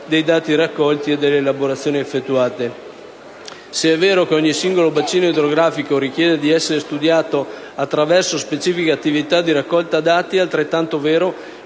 è vero che ogni singolo bacino idrografico richiede di essere studiato attraverso specifiche attività di raccolta dati, è altrettanto vero